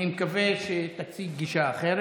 חבר הכנסת בוסו, אני מקווה שתציג גישה אחרת,